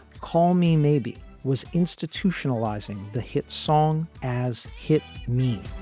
call me maybe was institutionalising the hit song as hit me.